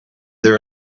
there